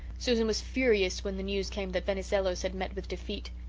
susan was furious when the news came that venizelos had met with defeat.